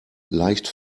leicht